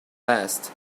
last